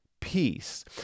Peace